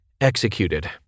executed